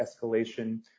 escalation